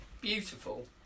beautiful